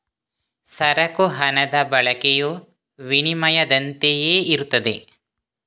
ಸರಕು ಹಣದ ಬಳಕೆಯು ವಿನಿಮಯದಂತೆಯೇ ಇರುತ್ತದೆ